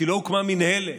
כי לא הוקמה מינהלת,